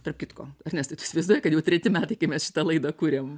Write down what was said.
tarp kitko ernestai tu įsivaizduoji kad jau treti metai kai mes šitą laidą kuriam